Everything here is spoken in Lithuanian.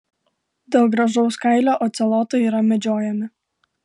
dėl gražaus kailio ocelotai yra medžiojami